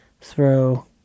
throw